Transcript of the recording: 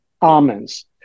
almonds